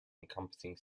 encompassing